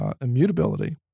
immutability